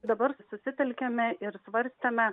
dabar susitelkėme ir svarstėme